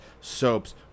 soaps